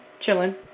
chilling